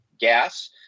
gas